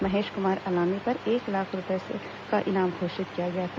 महेश कुमार अलामी पर एक लाख रूपए का इनाम घोषित किया गया था